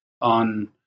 on